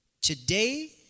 Today